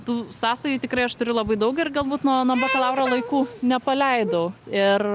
tų sąsajų tikrai aš turiu labai daug ir galbūt nuo nuo bakalauro laikų nepaleidau ir